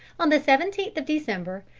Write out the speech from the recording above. on the seventeenth of december,